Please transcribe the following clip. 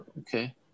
Okay